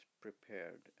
prepared